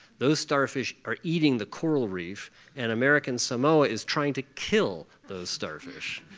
those starfish are eating the coral reef and american samoa is trying to kill those starfish.